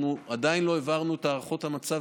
אנחנו עדיין לא העברנו את הערכות המצב,